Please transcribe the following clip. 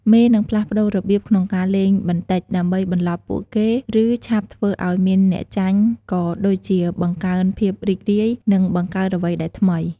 មេនឹងផ្លាស់ប្តូររបៀបក្នុងការលេងបន្តិច ដើម្បីបន្លប់ពួកគេ ឬ ឆាប់ធ្វើឱ្យមានអ្នកចាញ់ ក៏ដូចជាបង្កើនភាពរីករាយ និងបង្កើតអ្វីដែលថ្មី។